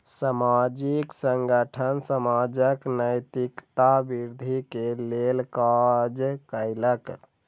सामाजिक संगठन समाजक नैतिकता वृद्धि के लेल काज कयलक